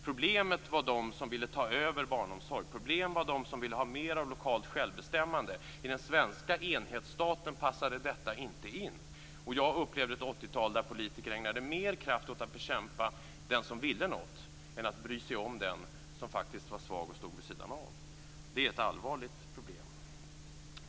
Problemet var de som ville ta över barnomsorg. Problemet var de som ville ha mer av lokalt självbestämmande. I den svenska enhetsstaten passade detta inte in. Jag upplevde ett 1980-tal där politiker ägnade mer kraft åt att bekämpa den som ville något än att bry sig om den som faktiskt var svag och stod vid sidan om. Det är ett allvarligt problem.